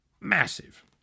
Massive